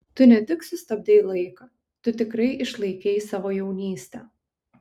tu ne tik sustabdei laiką tu tikrai išlaikei savo jaunystę